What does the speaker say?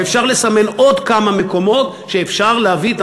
ואפשר לסמן עוד כמה מקומות שאפשר להביא מהם